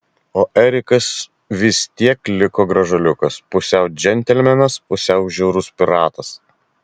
o erikas vis tiek liko gražuoliukas pusiau džentelmenas pusiau žiaurus piratas